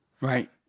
Right